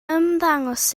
ymddangos